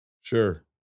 sure